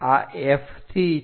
આ F થી છે